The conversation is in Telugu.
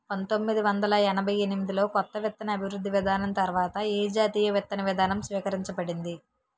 పంతోమ్మిది వందల ఎనభై ఎనిమిది లో కొత్త విత్తన అభివృద్ధి విధానం తర్వాత ఏ జాతీయ విత్తన విధానం స్వీకరించబడింది?